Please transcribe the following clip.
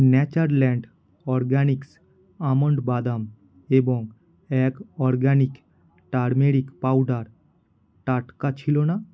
Natureland organic almond বাদাম এবং এক অরগানিক টারমেরিক পাউডার টাটকা ছিল না